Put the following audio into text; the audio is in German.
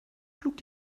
schlug